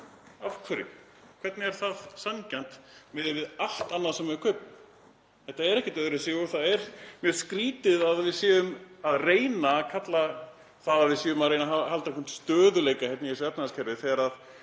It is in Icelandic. Af hverju? Hvernig er það sanngjarnt miðað við allt annað sem við kaupum? Þetta er ekkert öðruvísi og það er mjög skrýtið að við séum að reyna að kalla það að við séum að reyna að halda einhverjum stöðugleika í þessu efnahagskerfi þegar